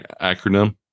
acronym